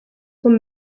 were